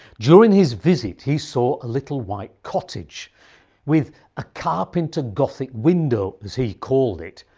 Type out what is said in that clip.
during his visit he saw a little white cottage with a carpenter gothic window as he called it,